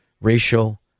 racial